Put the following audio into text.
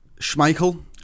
Schmeichel